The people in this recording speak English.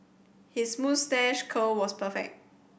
his moustache curl was perfect